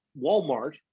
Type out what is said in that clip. Walmart